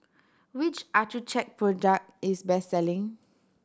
which Accucheck product is best selling